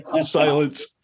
Silence